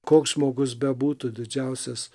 koks žmogus bebūtų didžiausias